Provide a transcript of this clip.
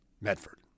Medford